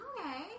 Okay